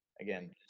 again